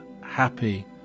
happy